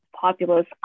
populace